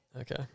Okay